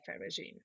regime